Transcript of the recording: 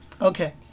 okay